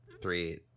three